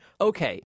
Okay